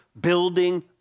building